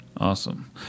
Awesome